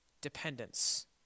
Dependence